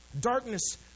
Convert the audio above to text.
Darkness